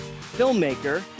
filmmaker